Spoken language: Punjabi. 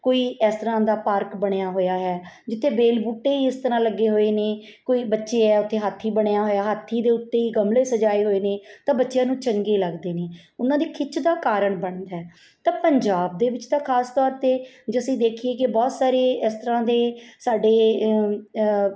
ਕੋਈ ਇਸ ਤਰ੍ਹਾਂ ਦਾ ਪਾਰਕ ਬਣਿਆ ਹੋਇਆ ਹੈ ਜਿੱਥੇ ਵੇਲ ਬੂਟੇ ਹੀ ਇਸ ਤਰ੍ਹਾਂ ਲੱਗੇ ਹੋਏ ਨੇ ਕੋਈ ਬੱਚੇ ਆ ਉੱਥੇ ਹਾਥੀ ਬਣਿਆ ਹੋਇਆ ਹਾਥੀ ਦੇ ਉੱਤੇ ਹੀ ਗਮਲੇ ਸਜਾਏ ਹੋਏ ਨੇ ਤਾਂ ਬੱਚਿਆਂ ਨੂੰ ਚੰਗੇ ਲੱਗਦੇ ਨੇ ਉਹਨਾਂ ਦੀ ਖਿੱਚ ਦਾ ਕਾਰਨ ਬਣਦਾ ਤਾਂ ਪੰਜਾਬ ਦੇ ਵਿੱਚ ਤਾਂ ਖਾਸ ਤੌਰ 'ਤੇ ਜੇ ਅਸੀਂ ਦੇਖੀਏ ਕਿ ਬਹੁਤ ਸਾਰੇ ਇਸ ਤਰ੍ਹਾਂ ਦੇ ਸਾਡੇ